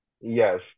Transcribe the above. Yes